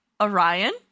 Orion